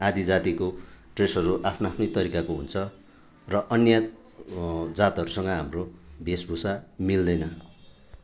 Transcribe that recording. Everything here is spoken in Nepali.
आदि जातिको ड्रेसहरू आफ्नो आफ्नै तरिकाको हुन्छ र अन्य जातहरूसँग हाम्रो वेशभूषा मिल्दैन